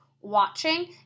watching